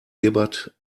gibbered